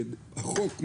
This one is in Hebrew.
החוק,